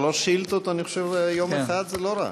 שלוש שאילתות ביום אחד, אני חושב שזה לא רע.